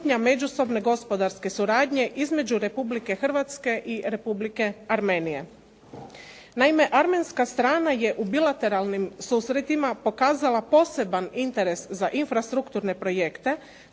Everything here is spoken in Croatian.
međusobne gospodarske suradnje između Republike Hrvatske i Republike Armenije. Naime, armenska strana je u bilateralnim susretima pokazala poseban interes za infrastrukturne projekte